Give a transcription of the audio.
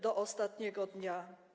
Do ostatniego dnia”